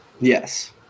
Yes